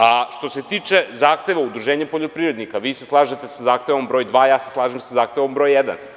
A što se tiče zahteva Udruženja poljoprivrednika, vi se slažete sa zahtevom broj dva, ja se slažem sa zahtevom broj jedan.